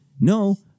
no